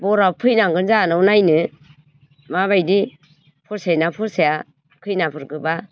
बराफ फैनांगोन जोंहानाव नायनो माबायदि फसायो ना फसाया खैनाफोरखौ बा